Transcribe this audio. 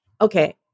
okay